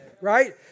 Right